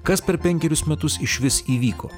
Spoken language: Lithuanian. kas per penkerius metus išvis įvyko